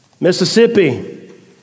Mississippi